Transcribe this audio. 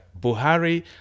Buhari